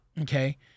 Okay